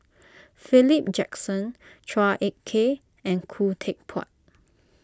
Philip Jackson Chua Ek Kay and Khoo Teck Puat